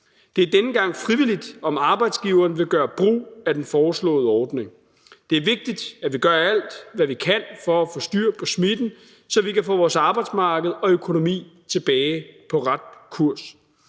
Det er denne gang frivilligt, om arbejdsgiveren vil gøre brug af den foreslåede ordning. Det er vigtigt, at vi gør alt, hvad vi kan, for at få styr på smitten, så vi kan få vores arbejdsmarked og økonomi tilbage på ret kurs.